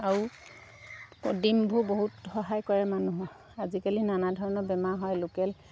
আৰু ডিমবোৰ বহুত সহায় কৰে মানুহক আজিকালি নানা ধৰণৰ বেমাৰ হয় লোকেল